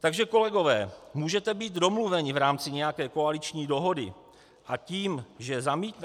Takže kolegové, můžete být domluveni v rámci nějaké koaliční dohody,